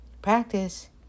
Practice